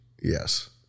yes